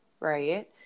Right